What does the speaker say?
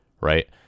Right